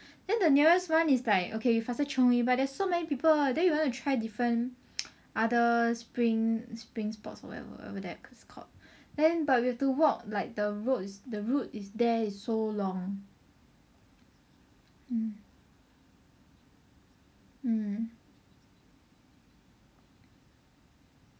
then the nearest one it's like okay you faster chiong in but there's so many people then you want to try different other spring spring spots or whatever whatever that's called then but we have to walk like the road is the route is there is so long mm mm